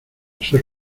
ser